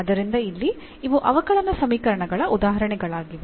ಆದ್ದರಿಂದ ಇಲ್ಲಿ ಇವು ಅವಕಲನ ಸಮೀಕರಣಗಳ ಉದಾಹರಣೆಗಳಾಗಿವೆ